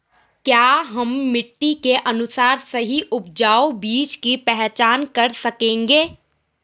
क्या हम मिट्टी के अनुसार सही उपजाऊ बीज की पहचान कर सकेंगे?